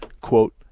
quote